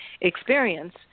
experience